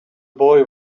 boy